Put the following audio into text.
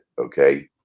Okay